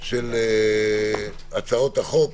של הצעות החוק,